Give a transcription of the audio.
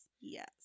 Yes